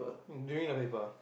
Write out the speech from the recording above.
during the paper